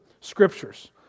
scriptures